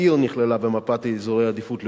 העיר נכללה במפת אזורי עדיפות.